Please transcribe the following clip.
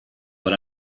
but